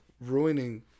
ruining